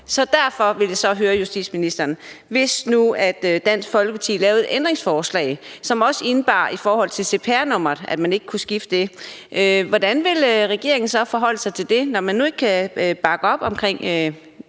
Derfor vil jeg så høre justitsministeren: Hvis nu Dansk Folkeparti lavede et ændringsforslag, som også indebar, at man ikke kunne skifte cpr-nummer, hvordan ville regeringen så forholde sig til det? Når man nu ikke kan bakke op om